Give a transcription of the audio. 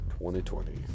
2020